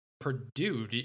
Purdue